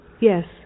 Yes